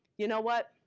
you know what?